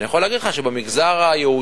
אני יכול להגיד לך שבמגזר היהודי,